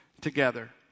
together